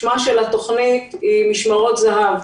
שמה של התוכנית הוא "משמרות זהב".